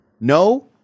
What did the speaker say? No